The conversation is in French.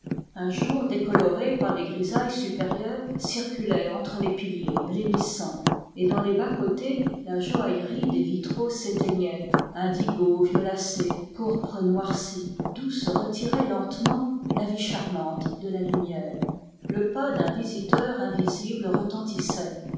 un jour décoloré par les grisailles supérieures circulait entre les piliers blêmissants et dans les bas-côtés la joaillerie des vitraux s'éteignait indigos violacés pourpres noircies d'où se retirait lentement la vie charmante de la lumière le pas d'un visiteur invisible retentissait